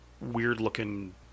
weird-looking